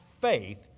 faith